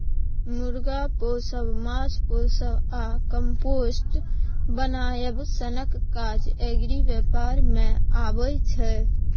मुर्गा पोसब, माछ पोसब आ कंपोस्ट बनाएब सनक काज एग्री बेपार मे अबै छै